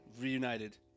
reunited